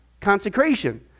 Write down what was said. consecration